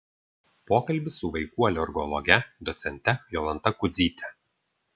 pokalbis su vaikų alergologe docente jolanta kudzyte